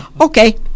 Okay